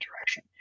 direction